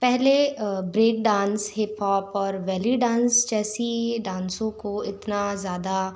पहले break dance hip hop और belly dance जैसी डांसो को इतना ज़्यादा